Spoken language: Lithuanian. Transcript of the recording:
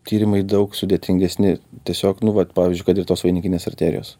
tyrimai daug sudėtingesni tiesiog nu vat pavyzdžiui kad ir tos vainikinės arterijos